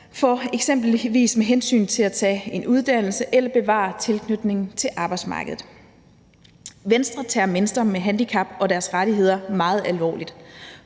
muligheder for at tage en uddannelse eller til at bevare tilknytningen til arbejdsmarkedet. Venstre tager mennesker med handicap og deres rettigheder meget alvorligt,